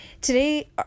Today